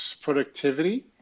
productivity